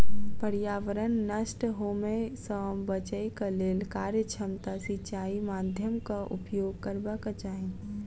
पर्यावरण नष्ट होमअ सॅ बचैक लेल कार्यक्षमता सिचाई माध्यमक उपयोग करबाक चाही